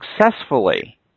successfully